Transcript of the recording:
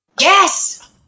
yes